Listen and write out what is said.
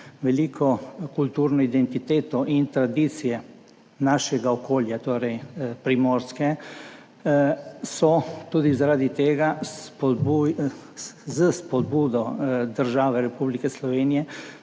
veliko kulturno identiteto in tradicijo našega okolja, torej primorske, so tudi zaradi tega s spodbudo države Republike Slovenije